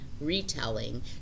retelling